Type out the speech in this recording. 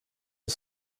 are